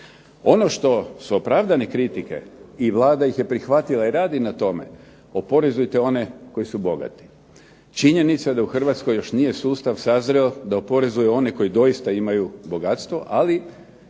Ono što su opravdane kritike i Vlada ih je prihvatila i radi na tome oporezujte one koji su bogati. Činjenica je da u Hrvatskoj još nije sustav sazreo da oporezuje one koji doista imaju bogatstvo, ali